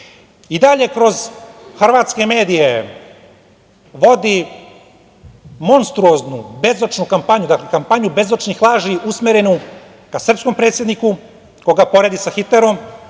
Dalje kroz hrvatske medije vodi monstruoznu, bezočnu kampanju, dakle kampanju bezočnih laži usmerenu ka srpskom predsedniku koga poredi sa Hitlerom